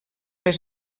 les